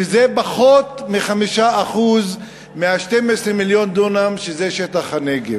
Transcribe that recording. שזה פחות מ-5% מ-12 מיליון הדונם שזה שטח הנגב.